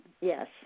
yes